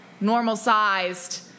normal-sized